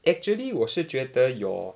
actually 我是觉得 your